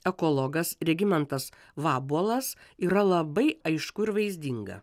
ekologas regimantas vabuolas yra labai aišku ir vaizdinga